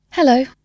Hello